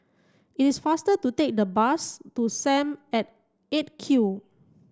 it is faster to take the bus to Sam at eight Q